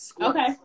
okay